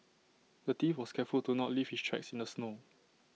the thief was careful to not leave his tracks in the snow